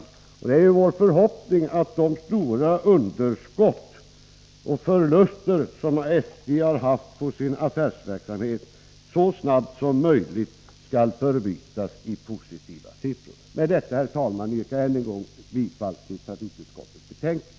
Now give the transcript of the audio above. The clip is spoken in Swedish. Det är vår förhoppning att de stora underskott och förluster som SJ haft i sin affärsverksamhet så snart som möjligt skall förbytas i positiva siffror. Med detta, herr talman, yrkar jag än en gång bifall till hemställan i trafikutskottets betänkande.